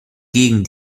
gegen